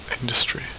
industry